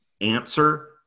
answer